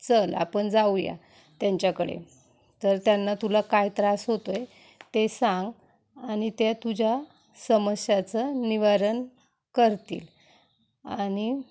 चल आपण जाऊ या त्यांच्याकडे तर त्यांना तुला काय त्रास होतो आहे ते सांग आणि त्या तुझ्या समस्याचं निवारण करतील आणि